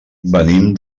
venim